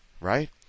right